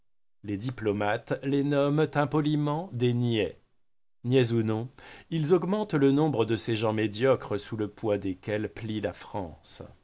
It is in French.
les diplomates les nomment impoliment des niais niais ou non ils augmentent le nombre de ces gens médiocres sous le poids desquels plie la france